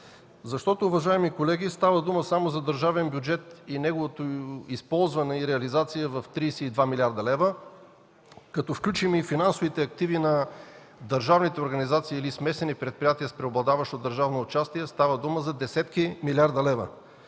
средства. Уважаеми колеги, става дума само за държавен бюджет и неговото използване и реализация. В 32 млрд. лв., като включим и финансовите активи на държавните организации или смесени предприятия с преобладаващо държавно участие, става дума за десетки милиарди лева.